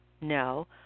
No